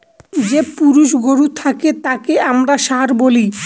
যে পুরুষ গরু থাকে তাকে আমরা ষাঁড় বলি